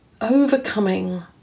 overcoming